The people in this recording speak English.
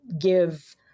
give